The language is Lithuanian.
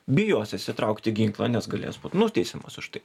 bijos išsitraukti ginklą nes galės būt nuteisiamas už tai